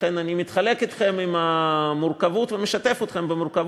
לכן אני חולק אתכם את המורכבות ומשתף אתכם במורכבות.